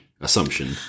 Assumption